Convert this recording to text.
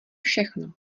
všechno